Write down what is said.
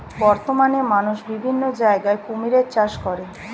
বর্তমানে মানুষ বিভিন্ন জায়গায় কুমিরের চাষ করে